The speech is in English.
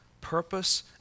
purpose